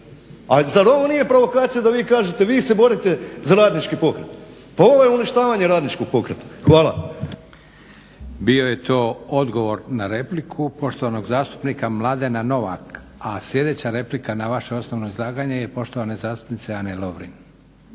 A zar ovo nije provokacija da vi kažete vi se borite za radnički pokret? Pa ovo je uništavanje radničkog pokreta. Hvala. **Leko, Josip (SDP)** Bio je to odgovor na repliku poštovanog zastupnika Mladena Novaka. A sljedeća replika na vaše osnovno izlaganje je poštovane zastupnice Ane Lovrin.